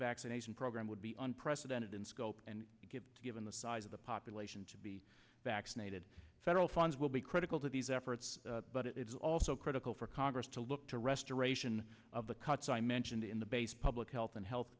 vaccination program would be unprecedented in scope and give to given the size of the population to be vaccinated federal funds will be critical to these efforts but it is also critical for congress to look to restoration of the cuts i mentioned in the base public health and he